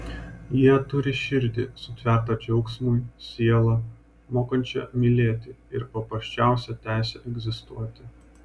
jie turi širdį sutvertą džiaugsmui sielą mokančią mylėti ir paprasčiausią teisę egzistuoti